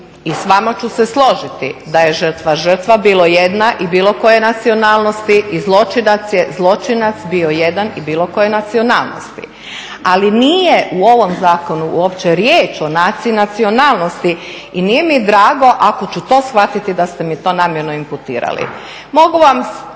i s vama ću se složiti da je žrtva žrtva, bilo jedna i bilo koje nacionalnosti i zločinac je zločinac, bilo jedan i bilo koje nacionalnosti. Ali nije u ovom zakonu uopće riječ o naciji nacionalnosti i nije mi drago ako ću to shvatiti da ste mi to namjerno imputirali. Mogu vam